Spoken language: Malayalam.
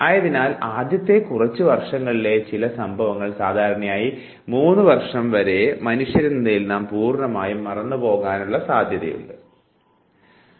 ആയതിനാൽ ആദ്യത്തെ കുറച്ച് വർഷങ്ങളിലെ ജീവിത സംഭവങ്ങൾ സാധാരണയായി 3 വർഷം വരെ മനുഷ്യരെന്ന നിലയിൽ നാം പൂർണ്ണമായും മറന്നുപോകാനുള്ള സാധ്യതയുണ്ടാകുന്നു